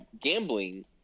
gambling